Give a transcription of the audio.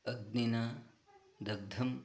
अग्निना दग्धम्